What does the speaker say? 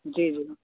जी जी